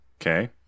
Okay